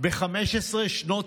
ב-15 שנות שלטונו,